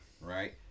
right